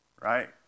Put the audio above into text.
right